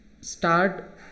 start